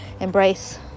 embrace